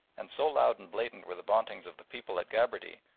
and so loud and blatant were the vauntings of the people that gabarty,